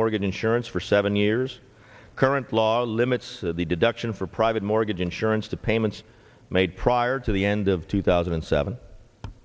mortgage insurance for seven years current law limits the deduction for private mortgage insurance to payments made prior to the end of two thousand and seven